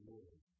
Lord